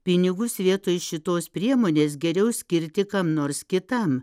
pinigus vietoj šitos priemonės geriau skirti kam nors kitam